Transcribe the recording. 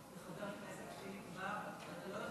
חברת הכנסת מירב בן ארי, הוא קרא פה